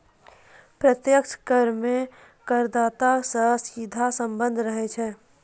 प्रत्यक्ष कर मे करदाता सं सीधा सम्बन्ध रहै छै